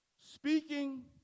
Speaking